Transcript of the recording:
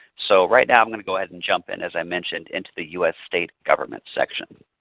so right now i'm going to go ahead and jump in, as i mentioned, and to the us state government section.